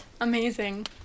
amazing